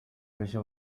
abeshya